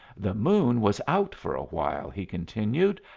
the moon was out for a while, he continued,